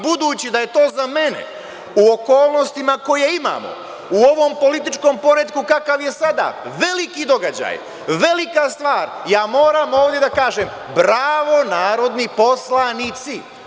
Budući da je to za mene u okolnostima koje imamo u ovom političkom poretku kakav je sada, veliki događaj, velika stvar, ja moram ovde da kažem, bravo, narodni poslanici.